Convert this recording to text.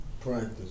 Practice